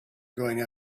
going